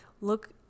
Look